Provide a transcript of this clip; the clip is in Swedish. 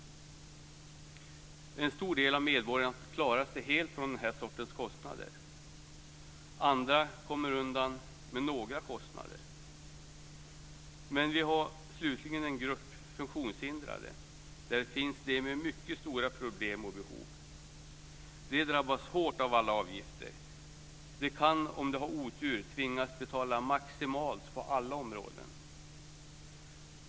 En stor del av medborgarna klarar sig helt från den här sortens kostnader. Andra kommer undan med några kostnader. Men vi har slutligen en grupp funktionshindrade. Där finns de med mycket stora problem och behov. De drabbas hårt av alla avgifter. De kan om de har otur tvingas betala maximalt på alla områden.